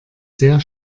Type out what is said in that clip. sehr